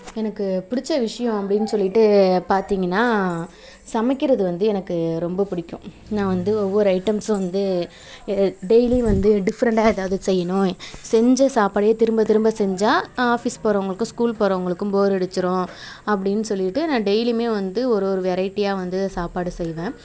எனக்கு பிடிச்ச விஷயம் அப்படின்னு சொல்லிட்டு பார்த்திங்கன்னா சமைக்கிறது வந்து எனக்கு ரொம்ப பிடிக்கும் நான் வந்து ஒவ்வொரு ஐட்டம்ஸும் வந்து டெய்லியும் வந்து டிஃப்ரெண்ட்டாக ஏதாவது செய்யணும் செஞ்ச சாப்பாடையே திரும்ப திரும்ப செஞ்சால் ஆஃபீஸ் போகிறவங்களுக்கு ஸ்கூல் போகிறவங்களுக்கும் போர் அடிச்சுரும் அப்படின்னு சொல்லிட்டு நான் டெய்லியுமே வந்து ஒரு ஒரு வெரைட்டியாக வந்து சாப்பாடு செய்வேன்